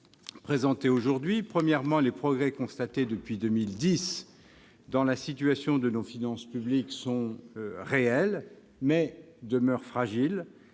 présentés aujourd'hui. Premièrement, les progrès constatés depuis 2010 dans la situation de nos finances publiques sont réels, mais demeurent fragiles.